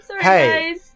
Hey